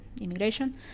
immigration